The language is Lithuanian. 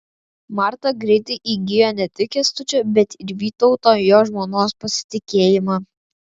marta greitai įgijo ne tik kęstučio bet ir vytauto jo žmonos pasitikėjimą